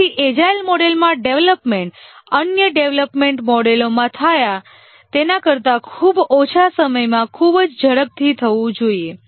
તેથી એજાઇલ મોડેલમાં ડેવલપમેન્ટ અન્ય ડેવલપમેન્ટ મોડેલોમાં થાય તેના કરતા ખૂબ ઓછા સમયમાં ખૂબ ઝડપથી થવું જોઈએ